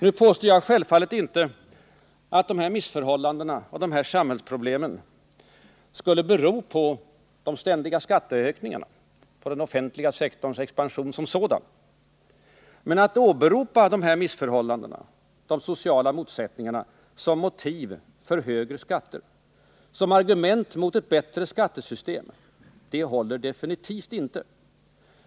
Nu påstår jag självfallet inte att missförhållandena och samhällsproblemen skulle bero på de ständiga skatteökningarna, på den offentliga sektorns expansion som sådan. Men att åberopa dessa missförhållanden och sociala motsättningar som motiv för högre skatter, som argument mot ett bättre skattesystem, håller definitivt inte.